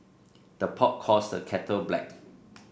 the pot calls the kettle black